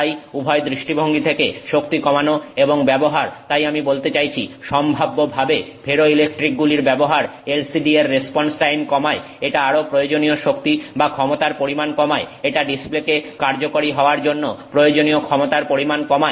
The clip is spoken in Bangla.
তাই উভয় দৃষ্টিভঙ্গি থেকে শক্তি কমানো এবং ব্যবহার তাই আমি বলতে চাইছি সম্ভাব্যভাবে ফেরোইলেকট্রিকগুলির ব্যবহার LCD এর রেসপন্স টাইম কমায় এটা আরো প্রয়োজনীয় শক্তি বা ক্ষমতার পরিমাণ কমায় এটা ডিসপ্লেকে কার্যকরী হওয়ার জন্য প্রয়োজনীয় ক্ষমতার পরিমাণ কমায়